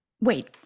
wait